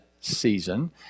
season